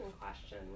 question